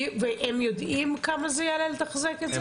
הם יודעים כמה זה יעלה לתחזק את זה?